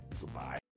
Goodbye